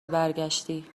برگشتی